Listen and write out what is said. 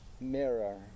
mirror